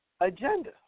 agenda